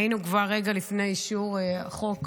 היינו כבר רגע לפני אישור החוק